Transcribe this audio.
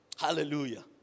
Hallelujah